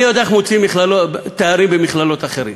אני יודע איך מוציאים תארים במכללות אחרות.